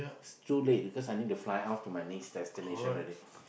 it's too late because I need fly off to my next destination already